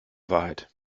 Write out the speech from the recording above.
wahrheit